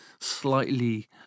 slightly